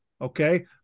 okay